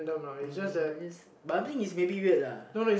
uh but just but I think is maybe weird lah